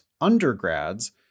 undergrads